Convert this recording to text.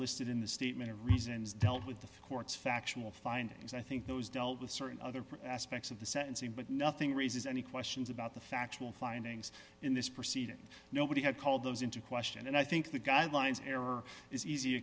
listed in the statement of reasons dealt with the court's factual findings i think those dealt with certain other aspects of the sentencing but nothing raises any questions about the factual findings in this proceeding nobody had called those into question and i think the guidelines